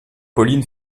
pauline